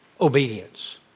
obedience